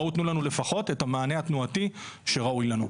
בואו תנו לנו לפחות את המענה התנועתי שראוי לנו.